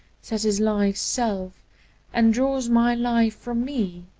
that is life's self and draws my life from me,